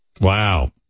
Wow